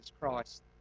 Christ